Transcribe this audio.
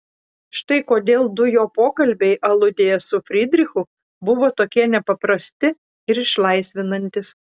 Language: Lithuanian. štai kodėl du jo pokalbiai aludėje su frydrichu buvo tokie nepaprasti ir išlaisvinantys